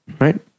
Right